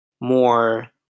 more